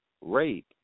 rape